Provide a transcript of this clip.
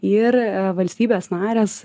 ir valstybės narės